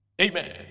Amen